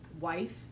wife